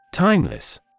Timeless